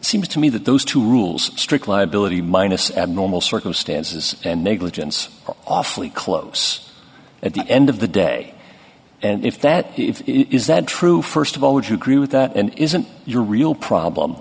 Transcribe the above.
seems to me that those two rules strict liability minus abnormal circumstances and negligence are awfully close at the end of the day and if that if it is that true st of all would you agree with that and isn't your real problem